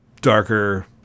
darker